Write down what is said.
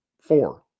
Four